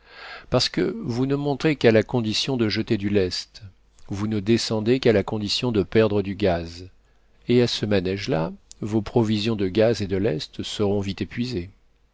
parce que vous ne montez qu'à la condition de jeter du lest vous ne descendez qu'à la condition de perdre du gaz et à ce manège là vos provisions de gaz et de lest seront vite épuisées